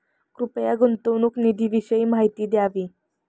कृपया गुंतवणूक निधीविषयी माहिती द्यावी